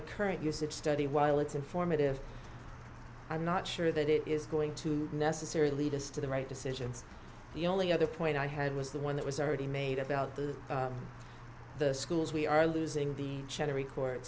the current usage study while it's informative i'm not sure that it is going to necessarily lead us to the right decisions the only other point i had was the one that was already made about the schools we are losing the channel record